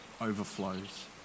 overflows